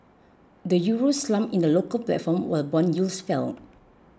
the Euro slumped in the local platform while bond yields fell